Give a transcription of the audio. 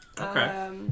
Okay